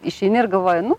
išeini ir galvoji nu